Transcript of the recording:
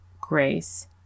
grace